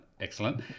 excellent